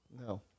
No